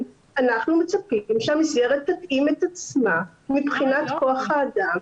אנחנו מצפים שהמסגרת תתאים את עצמה מבחינת כח האדם